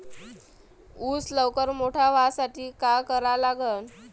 ऊस लवकर मोठा व्हासाठी का करा लागन?